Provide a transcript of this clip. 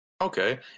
Okay